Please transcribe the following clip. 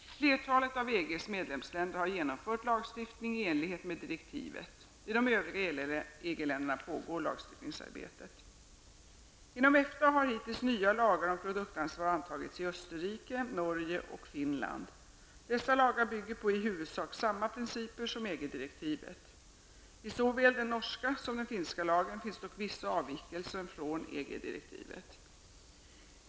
Flertalet av EGs medlemsländer har genomfört lagstiftning i enlighet med direktivet. I de övriga EG-länderna pågår lagstiftningsarbetet. Inom EFTA har hittills nya lagar om produktansvar antagits i Österrike, Norge och Finland. Dessa lagar bygger på i huvudsak samma principer som EG-direktivet. I såväl norska som den finska lagen finns dock vissa avvikelser från EG-direktivet.